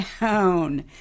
down